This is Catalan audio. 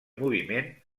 moviment